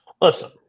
listen